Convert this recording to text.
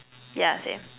yeah same